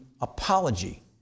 apology